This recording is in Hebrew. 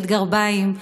להוריד גרביים,